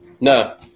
No